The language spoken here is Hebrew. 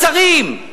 הצרים,